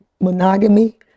monogamy